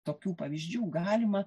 tokių pavyzdžių galima